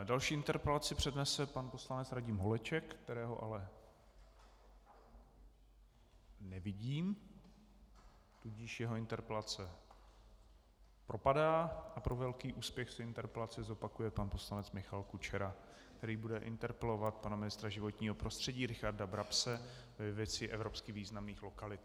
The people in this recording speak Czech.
Další interpelaci přednese pan poslanec Radim Holeček, kterého ale nevidím, tudíž jeho interpelace propadá, a pro velký úspěch si interpelaci zopakuje pan poslanec Michal Kučera, který bude interpelovat pana ministra životního prostředí Richarda Brabce ve věci evropsky významných lokalit.